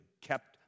kept